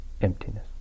emptiness